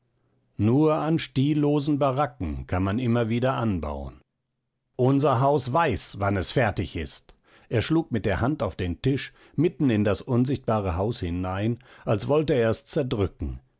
nur an stillosen baracken kann man immer wieder anbauen unser haus weiß wann es fertig ist er schlug mit der hand auf den tisch mitten in das unsichtbare haus hinein als wollte er es zerdrücken